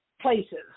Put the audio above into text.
places